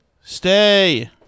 Stay